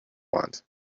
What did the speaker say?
want